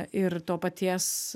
ir to paties